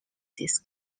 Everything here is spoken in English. this